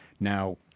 Now